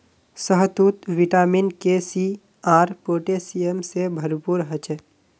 शहतूत vitamin K, C आर potassium से भरपूर ह छे